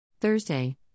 Thursday